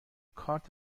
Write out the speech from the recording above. کارت